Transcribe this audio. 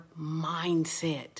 mindset